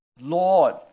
Lord